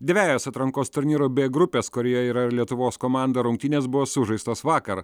dvejos atrankos turnyro b grupės kurioje yra ir lietuvos komanda rungtynės buvo sužaistos vakar